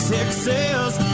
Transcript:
Texas